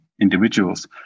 individuals